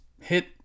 hit